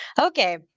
Okay